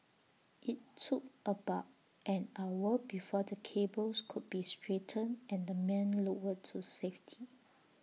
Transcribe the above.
IT took about an hour before the cables could be straightened and the men lowered to safety